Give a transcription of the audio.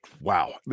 wow